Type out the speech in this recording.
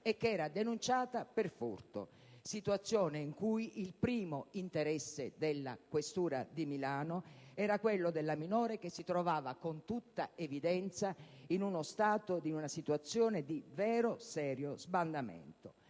e che era denunciata per furto: in tale situazione, il primo interesse della questura di Milano era quello della minore che si trovava con tutta evidenza in una stituazione di vero e serio sbandamento.